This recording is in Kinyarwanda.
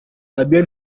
fabien